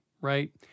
right